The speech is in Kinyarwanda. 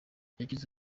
yagize